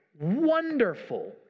wonderful